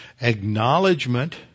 acknowledgement